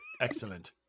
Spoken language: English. Excellent